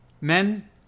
Men